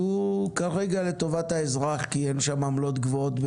שהוא כרגע לטובת האזרח כי אין שם עמלות גבוהות,